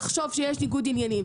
תחשוב שיש ניגוד עניינים,